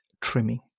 trimming